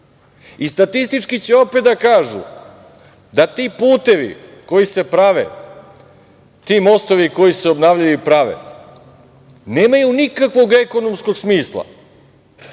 I statistički će opet da kažu da ti putevi koji se prave, ti mostovi koji se obnavljaju i prave, nemaju nikakvog ekonomskog smisla,